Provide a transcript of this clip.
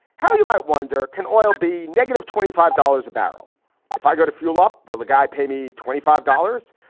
how you might wonder, can oil be negative twenty five dollars a barrel if i go to fuel up? will a guy pay me twenty five dollars?